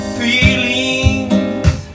feelings